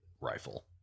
rifle